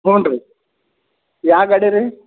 ಹ್ಞೂನ್ರಿ ಯಾ ಗಾಡಿ ರಿ